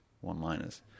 one-liners